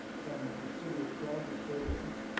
some city of calgary services,